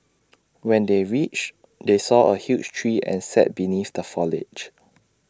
when they reached they saw A huge tree and sat beneath the foliage